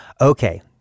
okay